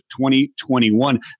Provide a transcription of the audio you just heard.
2021